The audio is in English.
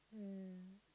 mm